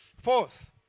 Fourth